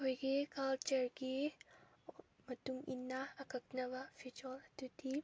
ꯑꯩꯈꯣꯏꯒꯤ ꯀꯜꯆꯔꯒꯤ ꯃꯇꯨꯡ ꯏꯟꯅ ꯑꯀꯛꯅꯕ ꯐꯤꯖꯣꯜ ꯑꯗꯨꯗꯤ